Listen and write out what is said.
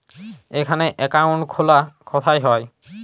এখানে অ্যাকাউন্ট খোলা কোথায় হয়?